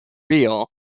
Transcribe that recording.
real